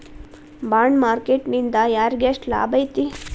Bond market ನಿಂದಾ ಯಾರಿಗ್ಯೆಷ್ಟ್ ಲಾಭೈತಿ?